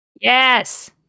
Yes